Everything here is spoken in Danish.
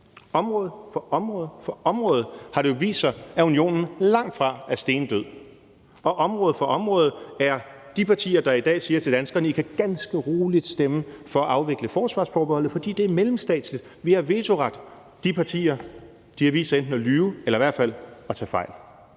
Område for område for område har det jo vist sig, at Unionen langtfra er stendød. Og område for område har de partier, der i dag siger til danskerne, at de ganske roligt kan stemme for at afvikle forsvarsforbeholdet, for det er mellemstatsligt og vi har vetoret, vist sig enten at lyve eller i hvert fald at tage fejl.